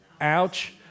ouch